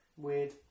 Weird